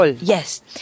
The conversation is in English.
Yes